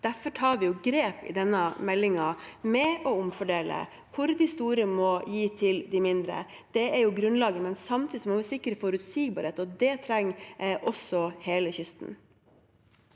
Derfor tar vi i denne meldingen grep for å omfordele, hvor de store må gi til de mindre. Det er grunnlaget. Samtidig må vi sikre forutsigbarhet, og det trenger hele kysten.